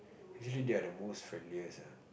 actually they're the most friendliest ah